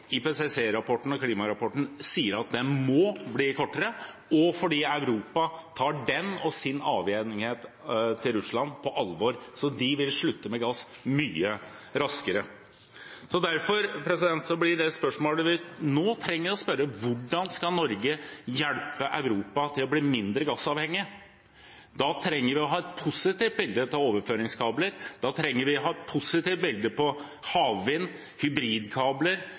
klimarapporten, sier at den må bli kortere, og fordi Europa tar den og sin avhengighet av Russland på alvor. Så de vil slutte med gass mye raskere. Derfor blir det spørsmålet vi nå trenger å stille: Hvordan skal Norge hjelpe Europa med å bli mindre gassavhengig? Da trenger vi å ha et positivt bilde av overføringskabler, havvind, hybridkabler og hele det samarbeidet vi trenger i Europa. Vil regjeringen revurdere sitt standpunkt på